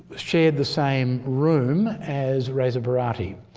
shared the same room as reza barati.